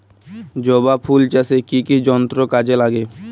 জবা ফুল চাষে কি কি যন্ত্র কাজে লাগে?